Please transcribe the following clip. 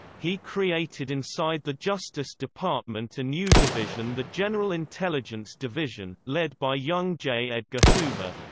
he created inside the justice department a new division the general intelligence division, led by young j. edgar hoover.